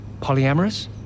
Polyamorous